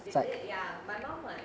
is it ya my mum like